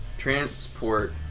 Transport